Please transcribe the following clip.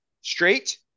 straight